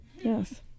yes